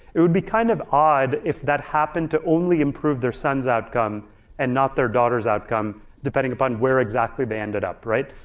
it would be kind of odd if that happened to only improve their son's outcome and not their daughter's outcome depending upon where exactly they ended up, right?